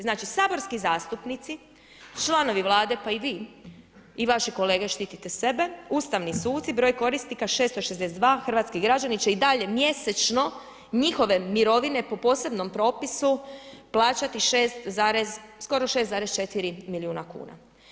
Znači saborski zastupnici, članovi Vlade pa i vi i vaši kolege štitite sebe, ustavni suci, broj korisnika 662, hrvatski građani će i dalje mjesečno njihove mirovine po posebnom propisu plaćati skoro 6,4 milijuna kuna.